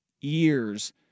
years